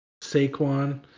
Saquon